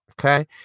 okay